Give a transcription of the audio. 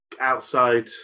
outside